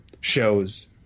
shows